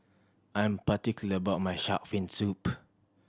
I'm particular about my shark fin soup